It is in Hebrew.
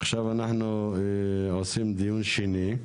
עכשיו אנחנו עושים דיון שני.